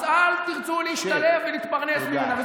אז אל תרצו להשתלב ולהתפרנס ממנה.